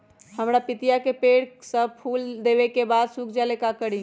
हमरा पतिता के पेड़ सब फुल देबे के बाद सुख जाले का करी?